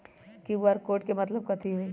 QR code के मतलब कथी होई?